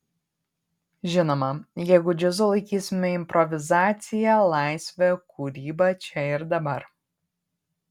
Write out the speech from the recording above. žinoma jeigu džiazu laikysime improvizaciją laisvę kūrybą čia ir dabar